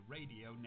Radio